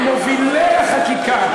ממובילי החקיקה,